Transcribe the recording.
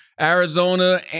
Arizona